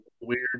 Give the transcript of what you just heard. weird